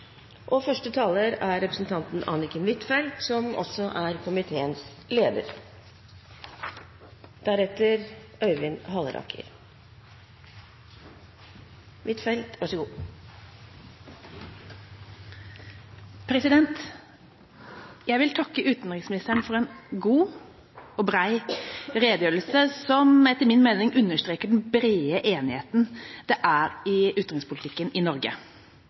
Jeg vil takke utenriksministeren for en god og bred redegjørelse, som etter min mening understreker den brede enigheten det er i utenrikspolitikken i Norge.